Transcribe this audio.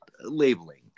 labeling